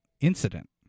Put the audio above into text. incident